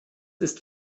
ist